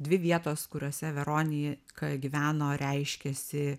dvi vietos kuriose veronijaka gyveno reiškėsi